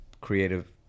creative